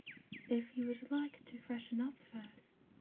if you would like to freshen up first,